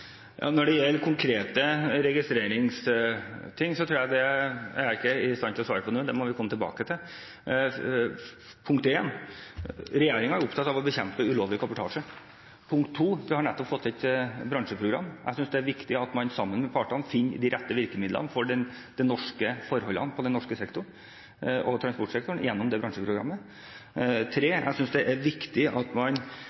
Når det gjelder konkret om registrering, er jeg ikke i stand til å svare på det nå. Det må jeg komme tilbake til. Punkt 1: Regjeringen er opptatt av å bekjempe ulovlig kabotasje. Punkt 2: Vi har nettopp fått et bransjeprogram. Jeg synes det er viktig at man sammen med partene finner de rette virkemidlene for norske forhold i den norske transportsektoren gjennom det bransjeprogrammet. Punkt 3: Jeg synes det er viktig at man